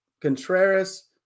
Contreras